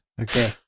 Okay